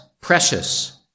precious